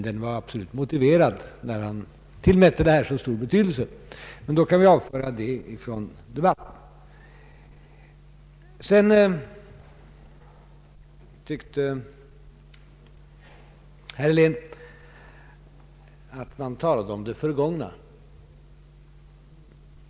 Den var absolut motiverad eftersom herr Helén tillmätte denna sak så stor betydelse. Därmed kan vi avföra detta ämne från debatten. Herr Helén menade att man här talade om det förgångna.